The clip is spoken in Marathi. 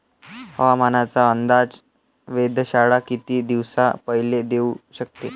हवामानाचा अंदाज वेधशाळा किती दिवसा पयले देऊ शकते?